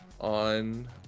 on